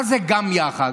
מה זה "גם יחד"?